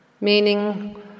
meaning